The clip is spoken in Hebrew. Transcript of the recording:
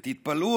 ותתפלאו,